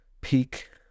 Peak